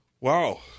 Wow